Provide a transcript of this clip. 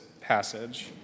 passage